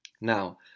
Now